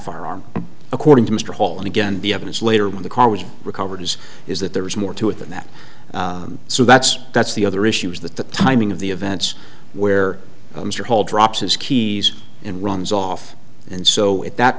firearm according to mr hall and again the evidence later when the car was recovered is is that there is more to it than that so that's that's the other issues that the timing of the events where mr hall drops his keys and runs off and so at that